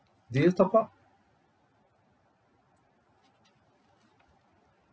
did you top up